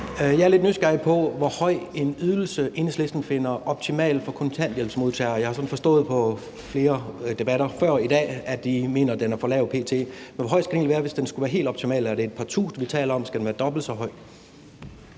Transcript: Jeg er lidt nysgerrig på, hvor høj en ydelse Enhedslisten finder optimal for kontanthjælpsmodtagere. Jeg kan forstå ud fra tidligere debatter i dag, at I mener, den p.t. er for lav. Men hvor høj skal den være, hvis den skal være helt optimal? Er det et par tusind, vi taler om, eller skal den være dobbelt så høj?